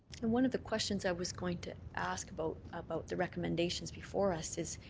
and one of the questions i was going to ask about about the recommendations before us is